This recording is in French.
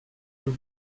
peux